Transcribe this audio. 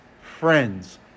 friends